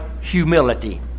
humility